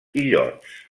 illots